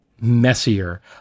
messier